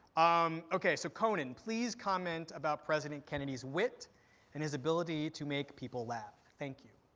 um ok, so, conan, please comment about president kennedy's wit and his ability to make people laugh. thank you.